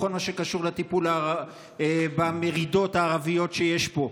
בכל מה שקשור לטיפול במרידות הערביות שיש פה,